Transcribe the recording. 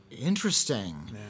interesting